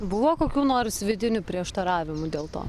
buvo kokių nors vidinių prieštaravimų dėl to